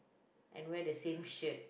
and wear the same shirt